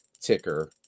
ticker